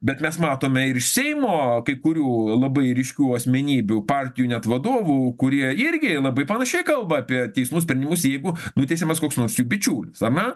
bet mes matome ir iš seimo kai kurių labai ryškių asmenybių partijų net vadovų kurie irgi labai panašiai kalba apie teismų sprendimus jeigu nuteisiamas koks nors jų bičiulis ane